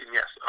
yes